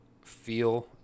feel